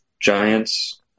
giants